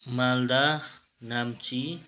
Malda Namchi